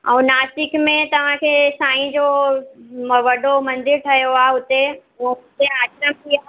ऐं नासिक में तव्हांखे साईं जो वॾो मंदरु ठहियो आहे हुते पोइ हुते आश्रम बि आहे